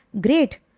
great